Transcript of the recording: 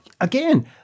again